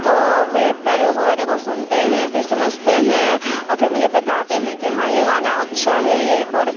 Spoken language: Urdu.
تو وے پہلے اس گانے کو سنتے ہیں پھر سمجھتے ہیں اور پھر مجھے بتاتے ہیں کہ ہاں یہ گانا اچھا ہے یہ ریکارڈ